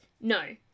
no